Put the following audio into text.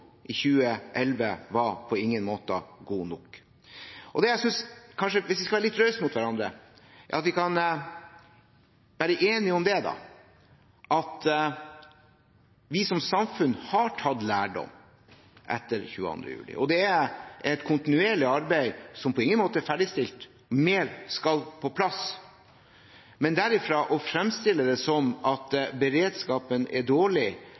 i 2011 var på ingen måte god nok. Det jeg synes, hvis vi skal være litt rause mot hverandre, er at vi kan være enige om at vi som samfunn har tatt lærdom etter 22. juli, og at det er et kontinuerlig arbeid som på ingen måte er ferdigstilt. Mer skal på plass. Men derfra og til å framstille det som at beredskapen er dårlig,